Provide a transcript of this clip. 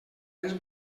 les